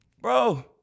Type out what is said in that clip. bro